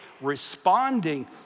responding